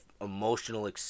emotional